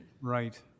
right